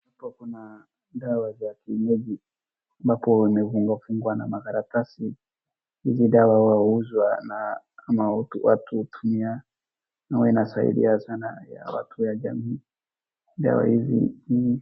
Hapo kuna dawa za kienyeji ambapo zimefungwafungwa na makaratasi. Hizi dawa huwa zinauzwa na ama watu hutumia, na huwa inasaidia sana ya watu ya jamii. Dawa hizi.